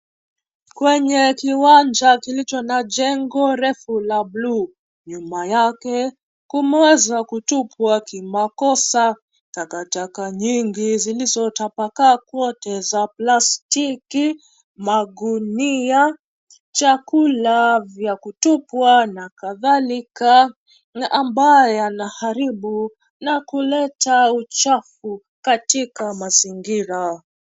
Kwenye kiwanja kilicho na jengo refu la buluu. Nyuma yake, kumeweza kutupwa kimakosa, takataka nyingi zilizotapakaa kwote za plastiki, magunia, chakula vya kutupwa na kadhalika na ambaye anaharibu na kuleta uchafu katika mazingira.